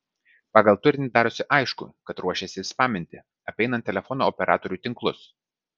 pagal turinį darosi aišku kad ruošiasi spaminti apeinant telefono operatorių tinklus